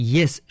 Yes